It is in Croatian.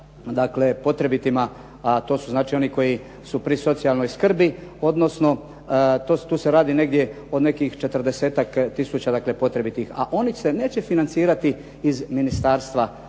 pripada potrebitima, a to su znači oni koji su pri socijalnoj skrbi, odnosno tu se radi negdje o nekih 40-ak tisuća dakle potrebitih, a oni se neće financirati iz ministarstva